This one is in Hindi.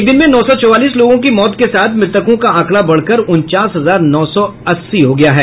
एक दिन में नौ सौ चौवालीस लोगों की मौत के साथ मृतकों का आंकड़ा बढ़कर उनचास हजार नौ सौ अस्सी हो गया है